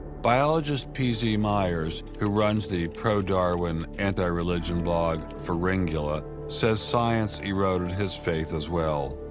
biologist p z. myers, who runs the pro-darwin, anti-religion blog pharyngula, says science eroded his faith as well.